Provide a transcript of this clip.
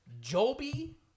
Joby